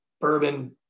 bourbon